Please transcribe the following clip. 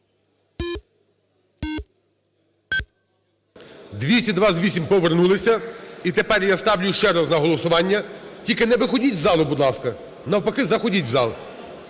228, повернулися. І тепер я ставлю ще раз на голосування. Тільки не виходіть із залу, будь ласка, навпаки, заходіть в зал.